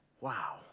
wow